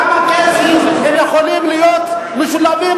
כמה קייסים יכולים להיות משולבים,